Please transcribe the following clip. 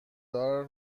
دار